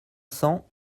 cents